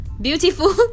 beautiful